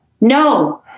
No